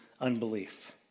unbelief